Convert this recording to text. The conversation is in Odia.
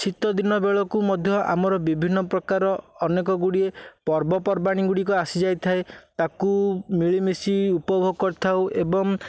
ଶୀତଦିନ ବେଳକୁ ମଧ୍ୟ ଆମର ବିଭିନ୍ନ ପ୍ରକାର ଅନେକ ଗୁଡ଼ିଏ ପର୍ବପର୍ବାଣି ଗୁଡ଼ିକ ଆସି ଯାଇ ଥାଏ ତାକୁ ମିଳିମିଶି ଉପଭୋଗ କରିଥାଉ ଏବଂ